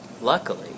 luckily